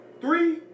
three